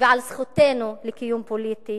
ועל זכותנו לקיום פוליטי,